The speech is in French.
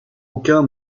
aucun